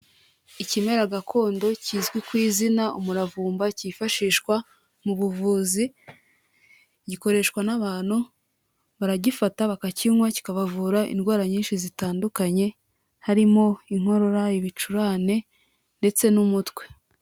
Ikimera gakondo kizwi ku izina umuravumba cyifashishwa mu buvuzi, gikoreshwa n'abantu, baragifata bakakinywa kikabavura indwara nyinshi zitandukanye harimo inkorora, ibicurane, ndetse n'umutwe.